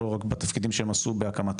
לא רק בתפקידים שהם עשו בהקמתם,